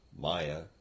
Maya